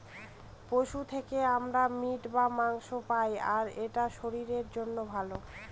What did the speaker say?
পশু থেকে আমরা মিট বা মাংস পায়, আর এটা শরীরের জন্য ভালো